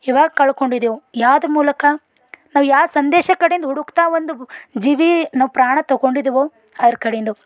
ಈವಾಗ ಕಳ್ಕೊಂಡಿದೇವು ಯಾವ್ದು ಮೂಲಕ ನಾವು ಯಾವ ಸಂದೇಶ ಕಡೆಂದು ಹುಡುಕ್ತಾ ಒಂದು ಜೀವಿ ನಾವು ಪ್ರಾಣ ತೊಗೊಂಡಿದೆವೋ ಅದರ ಕಡಿಂದು